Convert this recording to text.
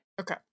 Okay